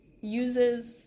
uses